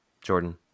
Jordan